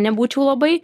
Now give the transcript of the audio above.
nebūčiau labai